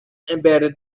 embedded